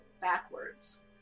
backwards